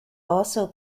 also